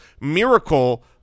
Miracle